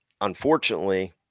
unfortunately